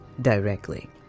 directly